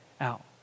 out